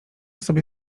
sobie